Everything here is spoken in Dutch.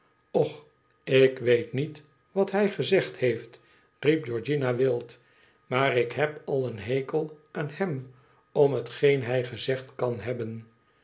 och ik weet niet wat hij gezegd heeft riep georgiana wild maar ik heb al een hekel aan hem om hetgeen hij gezegd kan hebben